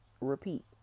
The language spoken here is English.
repeat